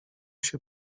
się